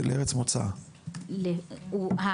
מוצאו, מה קורה עם הילד?